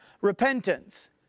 repentance